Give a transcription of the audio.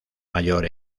mayor